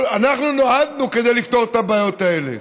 אנחנו נועדנו לפתור את הבעיות האלה,